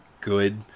good